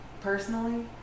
personally